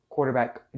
quarterback